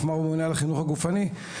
ונשתמש בסלוגן ש"בת ים חזקה בספורט".